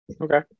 Okay